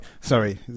sorry